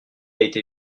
été